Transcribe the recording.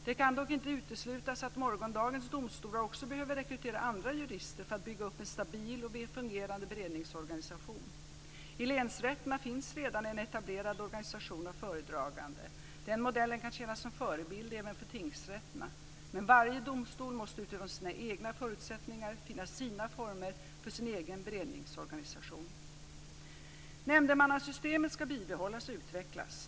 Det kan dock inte uteslutas att morgondagens domstolar också behöver rekrytera andra jurister för att bygga upp en stabil och väl fungerande beredningsorganisation. I länsrätterna finns redan en etablerad organisation av föredragande. Den modellen kan tjäna som förebild även för tingsrätterna. Men varje domstol måste utifrån sina egna förutsättningar finna sina former för sin egen beredningsorganisation. Nämndemannasystemet ska bibehållas och utvecklas.